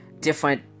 different